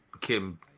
Kim